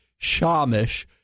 shamish